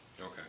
Okay